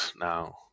now